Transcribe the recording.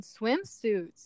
swimsuits